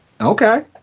Okay